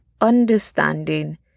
understanding